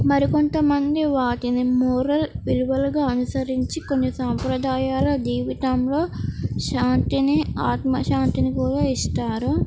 మరికొంతమంది వాటిని మోరల్ విలువలుగా అనుసరించి కొన్ని సాంప్రదాయాల జీవితంలో శాంతిని ఆత్మశాంతిని కూడా ఇస్తారు